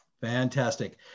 Fantastic